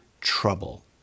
trouble